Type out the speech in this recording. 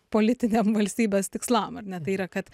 politiniam valstybės tikslam ar ne tai yra kad